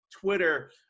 twitter